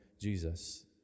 jesus